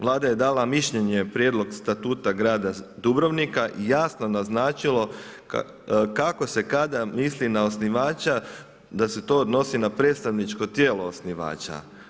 Vlada je dala mišljenje, prijedlog Statuta grada Dubrovnika jasno naznačilo kako se, kada misli na osnivača, da se to odnosi na predstavničko tijelo osnivača.